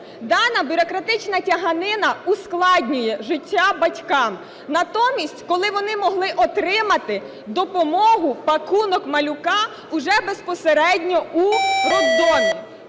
Дана бюрократична тяганина ускладнює життя батькам. Натомість, коли вони могли отримати допомогу "пакунок малюка" уже безпосередньо у пологовому.